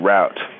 Route